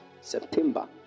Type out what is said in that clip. September